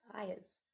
desires